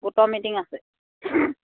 গোটৰ মিটিং আছে